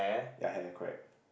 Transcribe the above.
ya hair correct